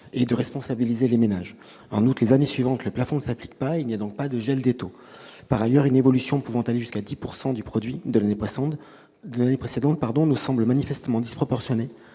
et de responsabiliser les ménages. En outre, le plafond ne s'appliquera pas les années suivantes. Il n'y a donc pas de gel des taux. Par ailleurs, une évolution pouvant aller jusqu'à 10 % du produit de l'année précédente nous semble manifestement disproportionnée